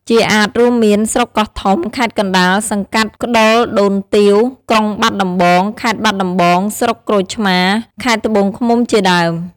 ជាអាទិ៍រួមមាន ស្រុកកោះធំ ខេត្តកណ្តាល សង្កាត់ក្តុលដូនទាវ ក្រុងបាត់ដំបង (ខេត្តបាត់ដំបង) ស្រុកក្រូចឆ្មារ ខេត្តត្បូងឃ្មុំ ជាដើម។